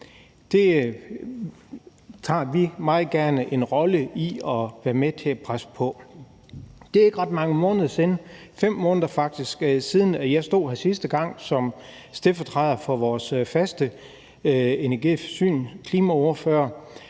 Det vil vi meget gerne være med til at presse på for. Det er ikke ret mange måneder siden – 5 måneder, faktisk – at jeg stod her sidste gang som stedfortræder for vores faste energi-, forsynings-